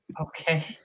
Okay